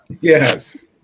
yes